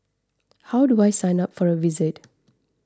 how do I sign up for a visit